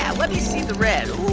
yeah let me see the red. oh,